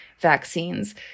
vaccines